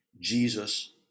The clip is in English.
Jesus